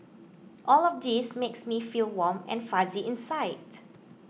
all of these makes me feel warm and fuzzy inside